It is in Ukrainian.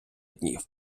днів